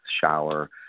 shower